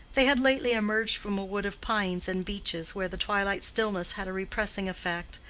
they had lately emerged from a wood of pines and beeches, where the twilight stillness had a repressing effect,